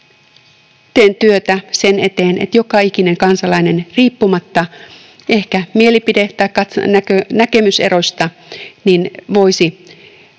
teen työtä sen eteen, että joka ikinen kansalainen riippumatta ehkä mielipide‑ tai näkemyseroista voisi